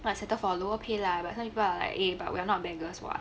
why settle for a lower pay lah but some people are like eh we are not beggers [what]